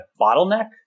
bottleneck